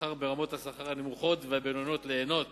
ברמות השכר הנמוכות והבינוניות ליהנות